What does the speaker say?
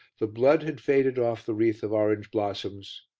the blood had faded off the wreath of orange blossoms,